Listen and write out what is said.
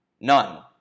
None